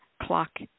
clock